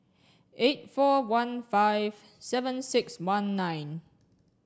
eight four one five seven six one nine